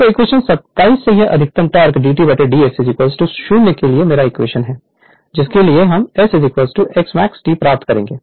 Refer Slide Time 2426 तो equation 27 से यह अधिकतम टोक़ dT dS 0 के लिए मेरा इक्वेशन है जिसके लिए हम S Smax T प्राप्त करेंगे